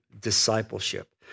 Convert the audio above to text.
discipleship